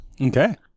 Okay